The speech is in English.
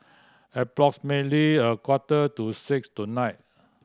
approximately a quarter to six tonight